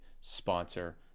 sponsor